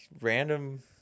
random